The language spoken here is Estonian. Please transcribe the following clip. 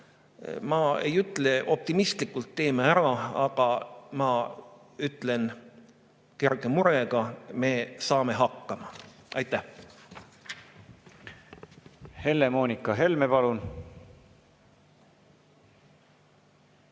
ma ei ütle optimistlikult, et teeme ära, ma ütlen kerge murega, et me saame hakkama. Aitäh! Helle-Moonika Helme, palun!